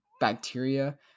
bacteria